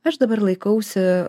aš dabar laikausi